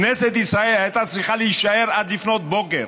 כנסת ישראל הייתה צריכה להישאר עד לפנות בוקר